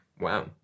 Wow